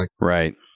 Right